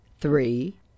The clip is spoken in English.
three